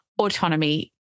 Autonomy